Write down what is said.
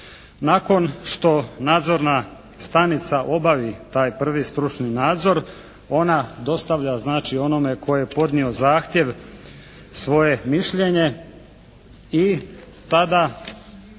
Nakon što nadzorna stanica obavi taj prvi stručni nadzor ona dostavlja znači onome tko je podnio zahtjev svoje mišljenje i tada